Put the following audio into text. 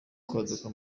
kwaduka